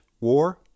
war